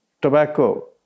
tobacco